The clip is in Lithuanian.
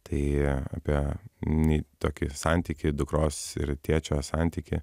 tai apie nei toki santykį dukros ir tėčio santykį